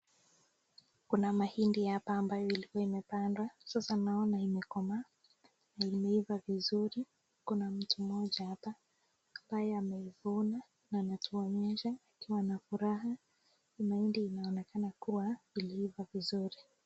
Kuna mahindi hapa ambaye ilikua imepandwa. Sasa naona imekomaa na imeivaa vizuri. Kuna mtu mmoja hapa ambaye ameivuna anatuonyesha akiwa na furaha. Hii mahindi inaonekana kua iliiva vizuri.